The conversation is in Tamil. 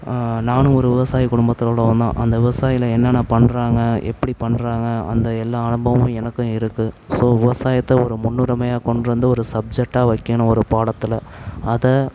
நானும் ஒரு விவசாய குடும்பத்தில் உள்ளவன் தான் அந்த விவசாயிகள் என்னென்ன பண்ணுறாங்க எப்படி பண்ணுறாங்க அந்த எல்லா அனுபவம் எனக்கும் இருக்குது ஸோ விவசாயத்தை ஒரு முன்னுரிமையாக கொண்டு வந்து ஒரு சப்ஜெக்டாக வைக்கணும் ஒரு பாடத்தில் அதை